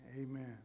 amen